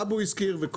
תודה.